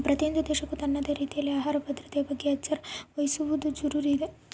ಪ್ರತಿಯೊಂದು ದೇಶಕ್ಕೂ ತನ್ನದೇ ರೀತಿಯಲ್ಲಿ ಆಹಾರ ಭದ್ರತೆಯ ಬಗ್ಗೆ ಎಚ್ಚರ ವಹಿಸುವದು ಜರೂರು ಇದೆ